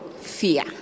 fear